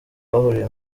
bahuriye